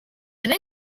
and